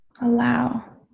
allow